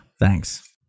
Thanks